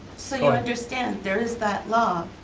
so you understand there is that law?